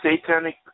Satanic